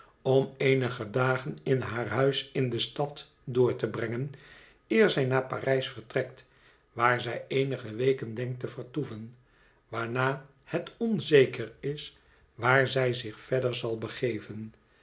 om eenige dagen in haar huis in de stad door te brengen eer zij naar parijs vertrekt waar zij eenige weken denkt te vertoeven waarna het onzeker is waar zij zich verder zal begeven